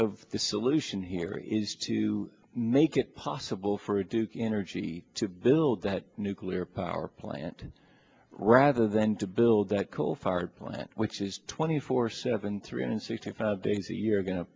of the solution here is to make it possible for a duke energy to build that nuclear power plant rather then to build that coal fired plant which is twenty four seven three hundred sixty five days a year go